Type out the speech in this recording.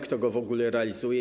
Kto je w ogóle realizuje?